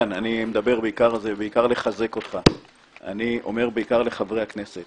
אני רוצה לומר מילה לחבריי חברי הכנסת.